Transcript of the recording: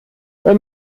wenn